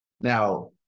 Now